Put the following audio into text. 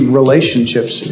relationships